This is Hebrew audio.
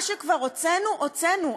מה שכבר הוצאנו, הוצאנו.